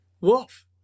wolf